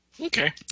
Okay